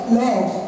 love